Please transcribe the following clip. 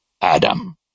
Adam